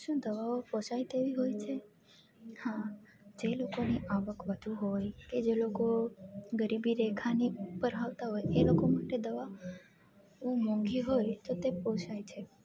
શું દવાઓ પોસાય તેવી હોય છે હા જે લોકોની આવક વધુ હોય કે જે લોકો ગરીબી રેખાની ઉપર આવતા હોય એ લોકો માટે દવા બહુ મોંઘી હોય તો તે પોસાય છે